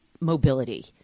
mobility